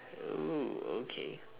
oo okay